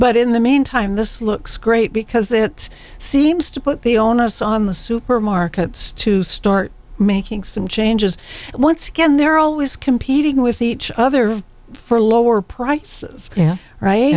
but in the meantime this looks great because it seems to put the onus on the supermarkets to start making some changes and once again they're always competing with each other for lower prices